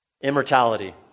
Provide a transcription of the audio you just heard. Immortality